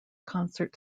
concert